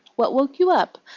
what woke you up?